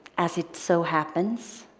as it so happens,